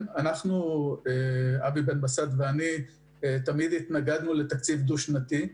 אבי בן בסט ואנוכי התנגדנו תמיד לתקציב דו-שנתי.